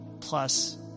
plus